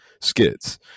skits